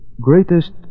Greatest